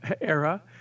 era